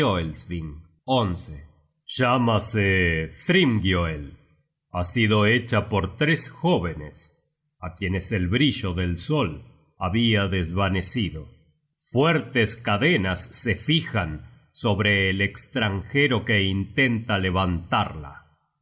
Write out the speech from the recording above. felsvng llámase thrimgioel ha sido hecha por tres jóvenes á quienes el brillo del sol habia desvanecido fuertes cadenas se fijan sobre el estranjero que intenta levantarla